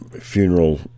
funeral